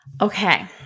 Okay